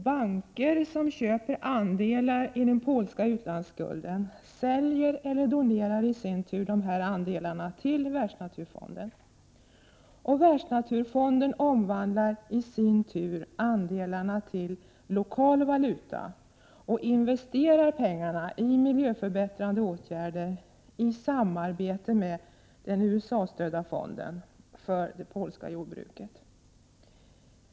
Banker som köper andelar i den polska utlandsskulden säljer eller donerar i sin tur dessa andelar till Världsnaturfonden. Världsnaturfonden omvandlar i sin tur andelarna till lokal valuta och investerar pengarna i miljöförbättrande åtgärder i samarbete med den USA-stödda fonden för det polska jordbruket.